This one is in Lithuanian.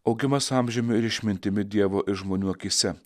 augimas amžiumi ir išmintimi dievo ir žmonių akyse